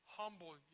humble